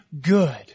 good